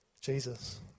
Jesus